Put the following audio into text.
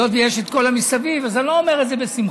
היות שיש את כל המסביב אז אני לא אומר את זה בשמחה.